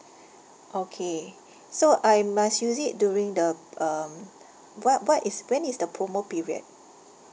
okay so I must use it during the um what what is when is the promo period